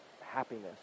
happiness